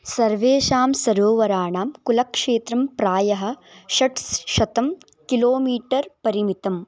सर्वेषां सरोवराणां कुलक्षेत्रं प्रायः षट्शतं किलोमीटर् परिमितम्